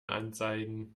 anzeigen